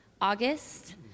August